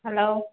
hello